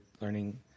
learning